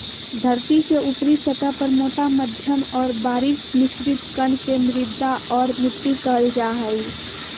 धरतीके ऊपरी सतह पर मोटा मध्यम और बारीक मिश्रित कण के मृदा और मिट्टी कहल जा हइ